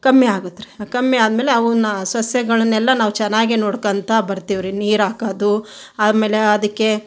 ಕಮ್ಮಿ ಆಗುತ್ತೇ ರೀ ಕಮ್ಮಿ ಆದ ಮೇಲೆ ಅವನ್ನು ಸಸ್ಯಗಳನ್ನೆಲ್ಲ ನಾವು ಚೆನ್ನಾಗೇ ನೋಡ್ಕೊಂತ ಬರ್ತೀವಿ ರೀ ನೀರಾಕೋದು ಆಮೇಲೆ ಅದಕ್ಕೆ